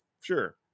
sure